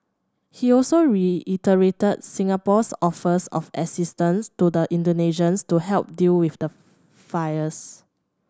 he also reiterated Singapore's offers of assistance to the Indonesians to help deal with the fires